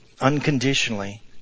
unconditionally